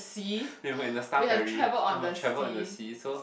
we were in the Star-Ferry we got to travel under the sea so